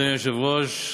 אדוני היושב-ראש,